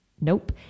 Nope